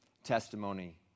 testimony